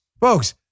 Folks